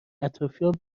اطرافیام